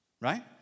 right